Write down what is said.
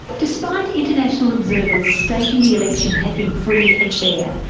despite international observers stating the election had been free and fair,